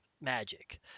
Magic